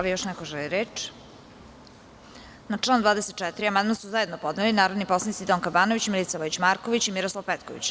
Da li još neko želi reč? (Ne) Na član 24. amandman su zajedno podneli narodni poslanici Donka Banović, Milica Vojić Marković i Miroslav Petković.